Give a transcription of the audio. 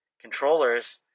controllers